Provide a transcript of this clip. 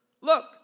Look